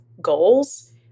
goals